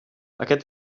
aquest